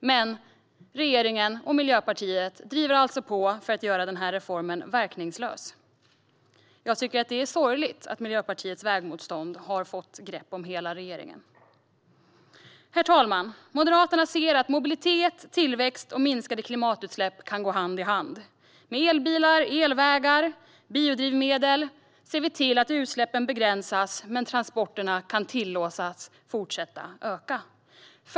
Men regeringen och Miljöpartiet driver på för att göra denna reform verkningslös. Jag tycker att det är sorgligt att Miljöpartiets vägmotstånd har fått grepp om hela regeringen. Herr talman! Moderaterna ser att mobilitet, tillväxt och minskade klimatutsläpp kan gå hand i hand. Med elbilar, elvägar och biodrivmedel ser vi till att utsläppen begränsas, medan transporterna kan tillåtas fortsätta öka.